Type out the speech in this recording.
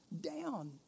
down